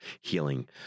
healing